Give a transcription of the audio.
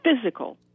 physical